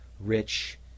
rich